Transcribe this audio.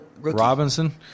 Robinson